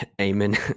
Amen